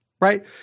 right